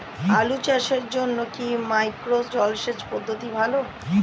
আলু চাষের জন্য কি মাইক্রো জলসেচ পদ্ধতি ভালো?